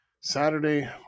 Saturday